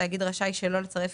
תאגיד רשאי שלא לצרף